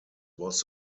was